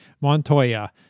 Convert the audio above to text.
Montoya